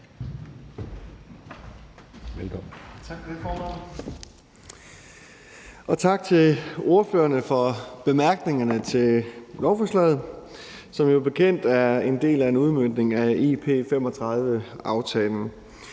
Danielsen): Tak for det, formand. Og tak til ordførerne for bemærkningerne til lovforslaget, som jo bekendt er en del af en udmøntning af »Aftale